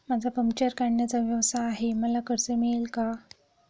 माझा पंक्चर काढण्याचा व्यवसाय आहे मला कर्ज मिळेल का?